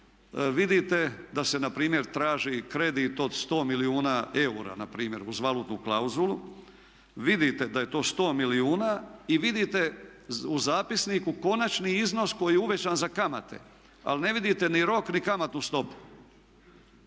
vidite da se npr. traži kredit od 100 milijuna eura npr. uz valutnu klauzulu, vidite da je to 100 milijuna i vidite u zapisniku konačni iznos koji je uvećan za kamate ali ne vidite ni rok ni kamatnu stopu.